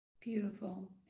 Beautiful